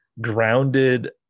grounded